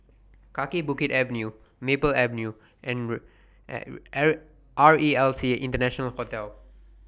Kaki Bukit Avenue Maple Avenue and R E L C International Hotel